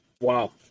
Wow